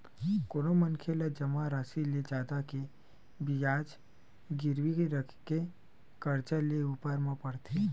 कोनो मनखे ला जमा रासि ले जादा के बियाज गिरवी रखके करजा लेय ऊपर म पड़थे